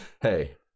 Hey